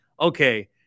Okay